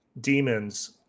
Demons